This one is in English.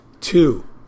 two